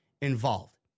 involved